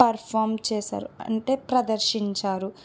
perform చేశారు అంటే ప్రదర్శించారు